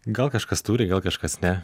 gal kažkas turi gal kažkas ne